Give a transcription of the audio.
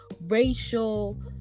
racial